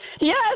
yes